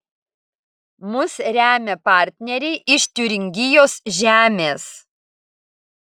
mus remia partneriai iš tiuringijos žemės